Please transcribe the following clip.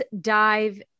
dive